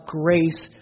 grace